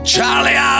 Charlie